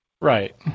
Right